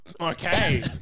okay